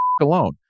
alone